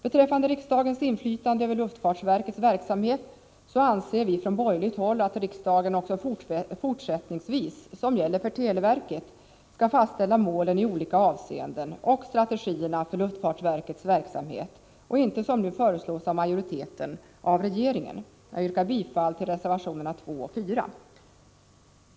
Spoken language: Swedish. Beträffande riksdagens inflytande över luftfartsverkets verksamhet anser vi från borgerligt håll att riksdagen också fortsättningsvis, så som gäller för televerket, skall fastställa målen i olika avseenden samt strategierna för luftfartsverkets verksamhet och att de inte, som nu föreslås av majoriteten, skall fastställas av regeringen. Jag yrkar bifall till reservationerna 2 och 4.